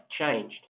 changed